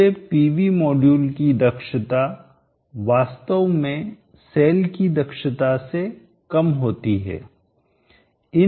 पूरे PV module की दक्षता डेफिशियेंसी वास्तव में सेल की दक्षता एफिशिएंसी से कम होती है